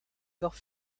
corps